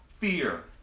fear